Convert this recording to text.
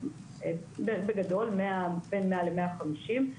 בין מאה למאה חמישים.